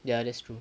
ya that's true